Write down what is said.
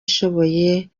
ishoboye